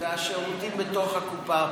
והשירותים בתוך הקופה?